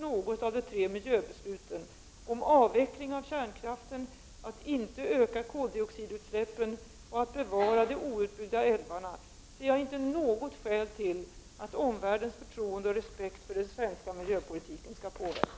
Osäkerheten är stor huruvida Sverige verkligen kommer att genomföra sitt uppmärksammade beslut att avveckla kärnkraften. Hur bedömer utrikesministern att detta påverkar förtroendet och respekten för Sverige som miljöexempel på den internationella arenan?